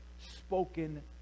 spoken